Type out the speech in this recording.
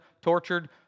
tortured